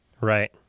Right